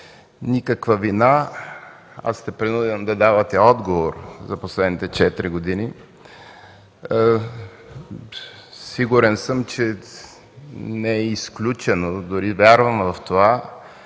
никаква вина, а сте принуден да давате отговор за последните четири години. Сигурен съм, че не е изключено, дори вярвам в това,